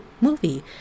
movie